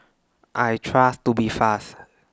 I Trust Tubifast